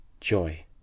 Joy